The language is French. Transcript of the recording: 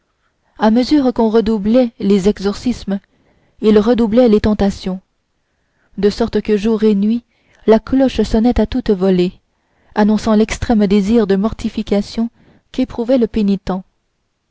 à mesure qu'on redoublait les exorcismes il redoublait les tentations de sorte que jour et nuit la cloche sonnait à toute volée annonçant l'extrême désir de mortification qu'éprouvait le pénitent